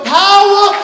power